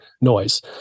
noise